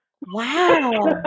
wow